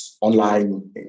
online